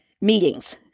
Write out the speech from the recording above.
meetings